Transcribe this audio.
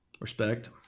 Respect